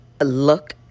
look